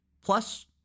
plus